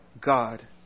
God